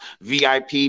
VIP